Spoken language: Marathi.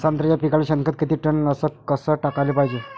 संत्र्याच्या पिकाले शेनखत किती टन अस कस टाकाले पायजे?